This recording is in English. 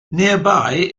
nearby